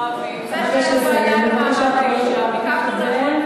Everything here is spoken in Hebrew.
בכל הפרלמנטים בעולם המערבי זה שם הוועדה למעמד האישה.